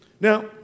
Now